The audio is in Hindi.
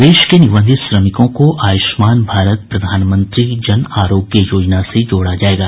प्रदेश के निबंधित श्रमिकों को आयुष्मान भारत प्रधानमंत्री जन आरोग्य योजना से जोड़ा जायेगा